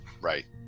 right